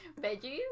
Veggies